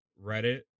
Reddit